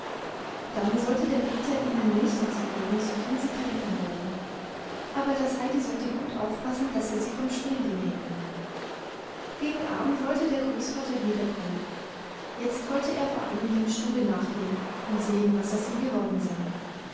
dann sollte der peter ihnen milch dazu geben soviel sie trinken wollten aber das heidi sollte gut aufpassen daß er sie vom schwänli nehme gegen abend wollte der großvater wiederkommen jetzt wollte er vor allem dem stuhle nachgehen und sehen was aus ihm geworden sei